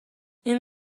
این